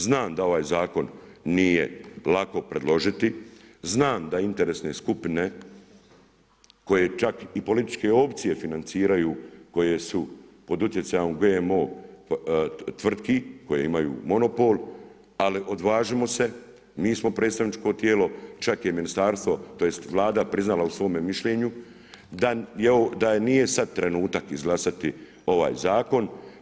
Znam da ovaj Zakon nije lako predložiti, znam da interesne skupine koje čak i političke opcije financiraju koje su pod utjecajem GMO tvrtki koje imaju monopol, ali odvažimo se, mi smo predstavničko tijelo, čak je Ministarstvo tj. Vlada priznala u svome mišljenju da nije sad trenutak izglasati ovaj Zakon.